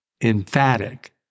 emphatic